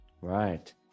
Right